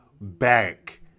back